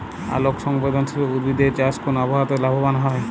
আলোক সংবেদশীল উদ্ভিদ এর চাষ কোন আবহাওয়াতে লাভবান হয়?